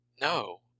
No